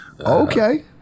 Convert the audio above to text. Okay